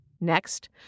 Next